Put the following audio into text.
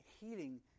healing